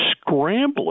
scrambling